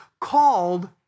called